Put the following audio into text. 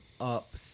up